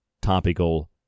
topical